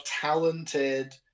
talented